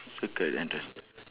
circle entrance